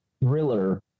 thriller